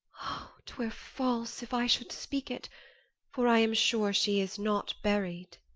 twere false, if i should speak it for i am sure she is not buried.